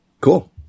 Cool